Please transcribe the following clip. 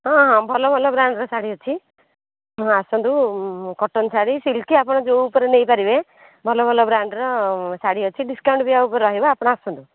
ହଁ ହଁ ଭଲ ଭଲ ବ୍ରାଣ୍ଡ୍ର ଶାଢ଼ୀ ଅଛି ଆପଣ ଆସନ୍ତୁ କଟନ୍ ଶାଢ଼ୀ ସିଲ୍କି ଆପଣ ଯେଉଁ ଉପରେ ନେଇପାରିବେ ଭଲ ଭଲ ବ୍ରାଣ୍ଡ୍ର ଶାଢ଼ୀ ଅଛି ଡିସ୍କାଉଣ୍ଟ୍ ବି ଏହା ଉପରେ ରହିବ ଆପଣ ଆସନ୍ତୁ